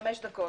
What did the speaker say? חמש דקות.